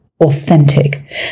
authentic